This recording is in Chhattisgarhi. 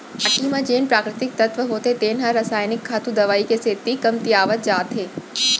माटी म जेन प्राकृतिक तत्व होथे तेन ह रसायनिक खातू, दवई के सेती कमतियावत जात हे